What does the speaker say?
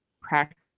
practice